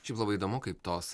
šiaip labai įdomu kaip tos